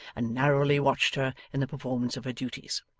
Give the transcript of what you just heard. and narrowly watched her in the performance of her duties.